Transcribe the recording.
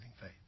faith